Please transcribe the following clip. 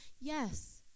Yes